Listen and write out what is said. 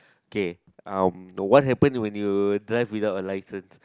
K um the what happen when you drive without a license